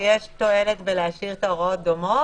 שיש תועלת בלהשאיר את ההוראות דומות.